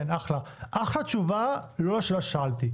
זו אחלה תשובה, אבל לא לשאלה ששאלתי.